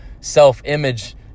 self-image